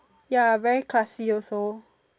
ya very classy also